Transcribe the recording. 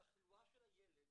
התחלואה של הילד